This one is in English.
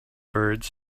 birds